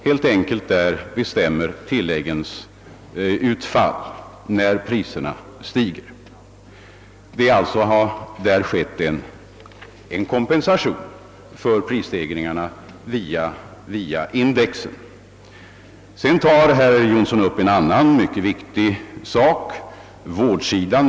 Dessutom finns indextilläggen, vilka — det bör herr Jonsson veta — följer prisutvecklingen. Därefter tar herr Jonsson upp ett annat mycket viktigt avsnitt, nämligen vårdsidan.